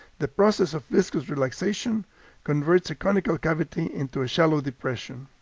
the process of viscous relaxation converts a conical cavity into a shallow depression.